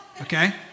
Okay